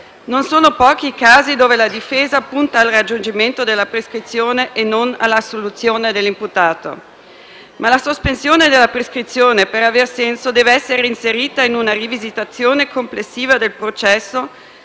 Non sono pochi i casi dove la difesa punta al raggiungimento della prescrizione e non all'assoluzione dell'imputato. Ma la sospensione della prescrizione, per avere senso, deve essere inserita in una rivisitazione complessiva del processo,